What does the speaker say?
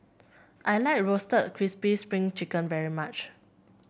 I like Roasted Crispy Spring Chicken very much